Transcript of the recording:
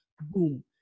boom